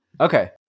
Okay